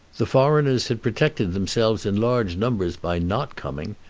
the foreigners had protected themselves in large numbers by not coming,